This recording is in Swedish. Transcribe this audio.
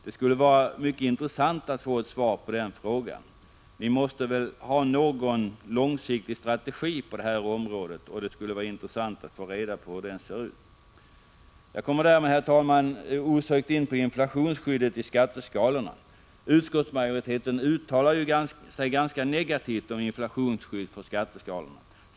Det skulle vara mycket intressant att få ett svar på den frågan. Ni måste väl ha någon långsiktig strategi på detta område. I så fall skulle det också vara intressant att få reda på hur den ser ut. Härmed kommer jag osökt, herr talman, in på frågan om inflationsskyddet i skatteskalorna. Utskottsmajoriteten uttalar sig ju ganska negativt om inflationsskyddet för skatteskalorna.